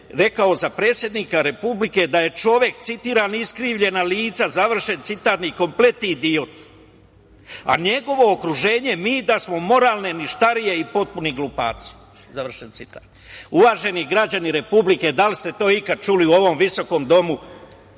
rekla za predsednika Republike da je, citiram: „čovek iskrivljena lica“, završen citat, „i kompletni idiot“, a njegovo okruženje, mi da smo „moralne ništarije i potpuni glupaci“, završen citat. Uvaženi građani Republike, da li ste to ikad čuli u ovom visokom domu